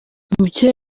mucyo